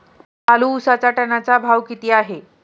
चालू उसाचा टनाचा भाव किती आहे?